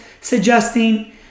suggesting